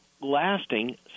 lasting